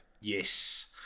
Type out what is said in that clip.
Yes